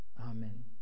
Amen